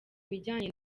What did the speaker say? bijyanye